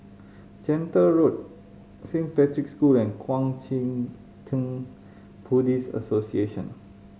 Gentle Road Saint Patrick's School and Kuang Chee Tng Buddhist Association